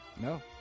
No